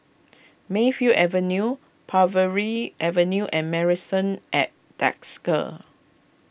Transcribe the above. Mayfield Avenue Parbury Avenue and Marrison at Desker